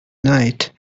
night